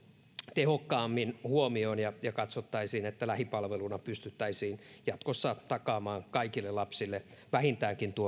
tehokkaammin huomioon ja ja katsottaisiin että lähipalveluna pystyttäisiin jatkossa takaamaan kaikille lapsille vähintäänkin